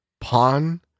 pawn